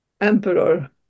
Emperor